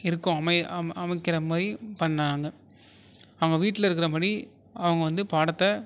இருக்கோம் அமைக்குறமாதிரி பண்ணாங்க அவங்க வீட்டில் இருக்கிறபடி அவங்க வந்து பாடத்தை